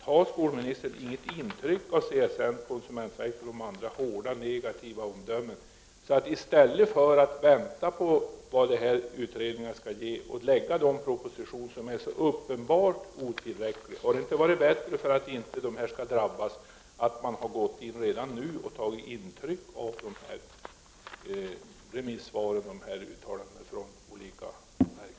Tar skolministern inget intryck av CSN:s, konsumentverkets och de andra organens hårda, negativa omdömen? I stället för att vänta på vad de här utredningarna skall ge, har man lagt fram en proposition som är uppenbart otillräcklig. För att dessa grupper inte skall drabbas, hade det inte varit bättre att man redan nu hade tagit intryck av remissvaren och uttalandena från de olika verken?